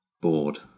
bored